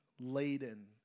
laden